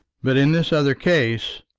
but in this other case,